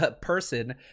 person